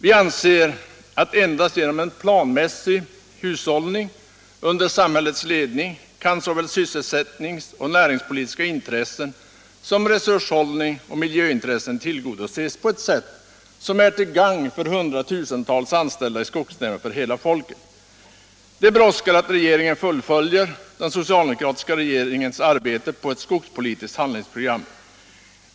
Vi anser att endast genom en planmässig hushållning under samhällets ledning kan såväl sysselsättningsoch näringspolitiska intressen som resurshushållningsoch miljöintressen tillgodoses på ett sätt som är till gagn för hundratusentals anställda inom skogsnäringen och för hela folket. Det brådskar att regeringen fullföljer den socialdemokratiska regeringens arbete på ett skogspolitiskt handlingsprogram.